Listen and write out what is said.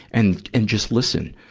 and and just listen,